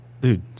Dude